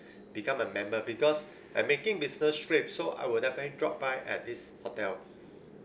become a member because I making business trip so I would definitely drop by at this hotel